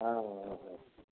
ହଁ ହ